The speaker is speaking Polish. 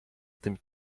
tym